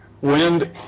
Wind